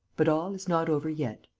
but all is not over yet.